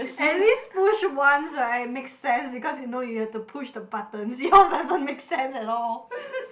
at least push once right make sense because you know you have to push the buttons yours doesn't make sense at all